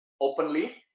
openly